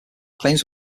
claims